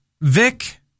Vic